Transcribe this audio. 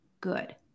good